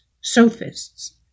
sophists